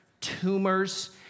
tumors